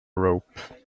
rope